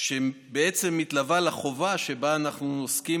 שמתלווה לחובה שבה אנחנו עוסקים,